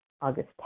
August